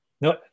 no